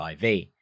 IV